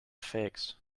figs